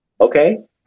okay